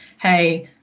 hey